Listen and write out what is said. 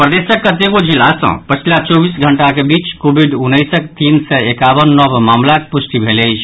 प्रदेशक कतेको जिला सँ पछिला चौबीस घंटाक बीच कोविड उन्नैसक तीन सय एकावन नव मामिलाक पुष्टि भेल अछि